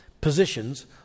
positions